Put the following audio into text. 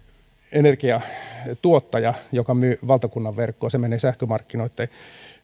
energiantuottaja joka myy valtakunnan verkkoon se menee sähkömarkkinoitten